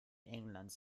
englands